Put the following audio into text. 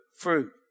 fruit